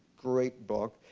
great book.